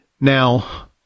Now